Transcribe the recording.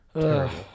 Terrible